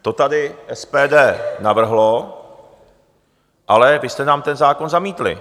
To tady SPD navrhlo, ale vy jste nám ten zákon zamítli.